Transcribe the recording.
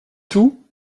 tout